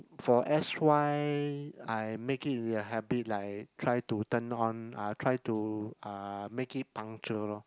for s_y I make it into a habit like try to turn on try to make it punctual lor